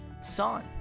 son